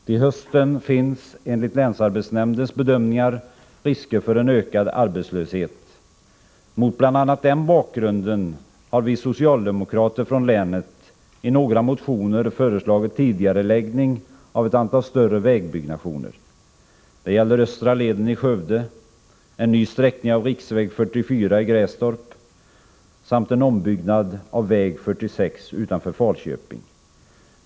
Till hösten finns enligt länsarbetsnämndens bedömningar risker för en ökad arbetslöshet. Mot bl.a. den bakgrunden har vi socialdemokrater från länet i några motioner föreslagit tidigareläggning av ett antal större vägbyggnationer. Det gäller Östra leden i Skövde, en ny sträckning av riksväg 44 i Grästorp samt en ombyggnad av väg 46 utanför Falköping.